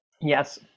Yes